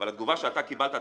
אבל התגובה שאתה קיבלת,